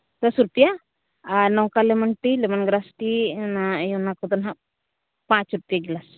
ᱫᱚᱥ ᱨᱩᱯᱭᱟ ᱟᱨ ᱱᱚᱝᱠᱟ lemon tea lemongrass tea ᱚᱱᱟ ᱤᱭᱟᱹ ᱚᱱᱟ ᱠᱚᱫᱚ ᱱᱟᱦᱟᱸᱜ ᱯᱟᱸᱪ ᱨᱩᱯᱭᱟ ᱜᱞᱟᱥ